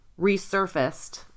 resurfaced